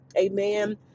amen